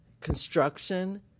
construction